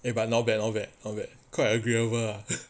!hey! but not bad not bad not bad quite agreeable ah